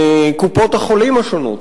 קופות-החולים השונות.